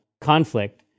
conflict